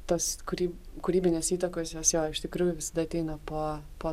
tas kurį kūrybinės įtakos jos jo iš tikrųjų visada ateina po po